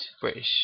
British